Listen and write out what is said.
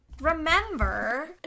remember